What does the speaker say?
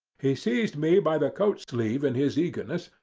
he seized me by the coat-sleeve in his eagerness,